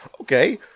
Okay